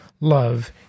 love